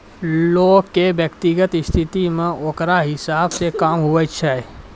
लोग के व्यक्तिगत स्थिति मे ओकरा हिसाब से कमाय हुवै छै